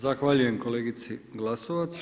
Zahaljujem kolegici Glasovac.